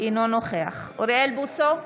אינו נוכח אוריאל בוסו,